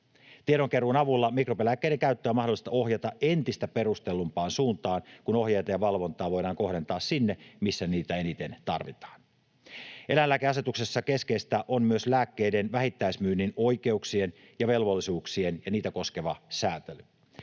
Tiedonkeruun avulla mikrobilääkkeiden käyttöä on mahdollista ohjata entistä perustellumpaan suuntaan, kun ohjeita ja valvontaa voidaan kohdentaa sinne, missä niitä eniten tarvitaan. Eläinlääkeasetuksessa keskeistä on myös lääkkeiden vähittäismyynnin oikeuksia ja velvollisuuksia koskeva sääntely.